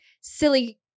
silly